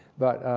but